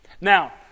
Now